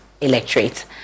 electorate